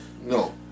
No